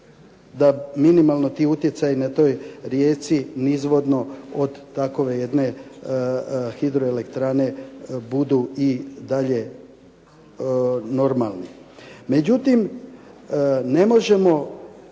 da minimalno ti utjecaji na rijeci nizvodno od takove jedne hidroelektrane budu i dalje normalni. Međutim, ne možemo